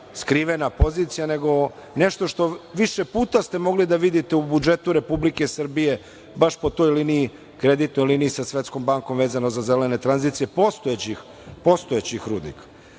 skrivena pozicija, nego nešto što više puta ste mogli da vidite u budžetu Republike Srbije baš po toj kreditnoj liniji sa Svetskom bankom vezano za zelene tranzicije postojećih rudnika. Što